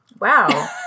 wow